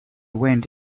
went